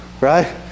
right